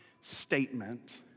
statement